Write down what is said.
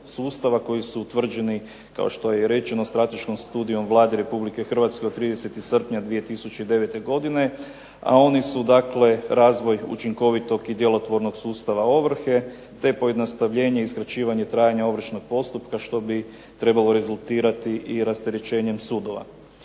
koji su utvrđeni, kao što je i rečeno strateškom studijom Vlade Republike Hrvatske od 30. srpnja 2009. godine, a oni su dakle razvoj učinkovitog i djelotvornog sustava ovrhe, te pojednostavljenje i skraćivanje trajanja ovršnog postupka, što bi trebalo rezultirati i rasterećenjem sudova.